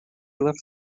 left